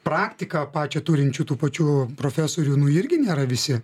praktiką pačią turinčių tų pačių profesorių nu irgi nėra visi